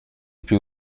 più